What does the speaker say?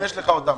אם יש לכם אותם.